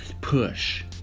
push